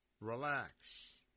relax